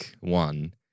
one